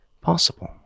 possible